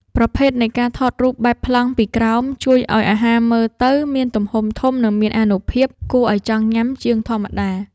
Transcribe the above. ប្រភេទនៃការថតរូបបែបប្លង់ពីក្រោម ជួយឱ្យអាហារមើលទៅមានទំហំធំ និងមានអានុភាពគួរឱ្យចង់ញ៉ាំជាងធម្មតា។